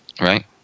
Right